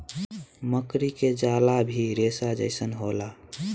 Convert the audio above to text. मकड़ी के जाला भी रेसा जइसन होला